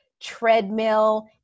treadmill